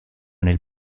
nel